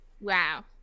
wow